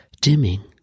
dimming